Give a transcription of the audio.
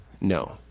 No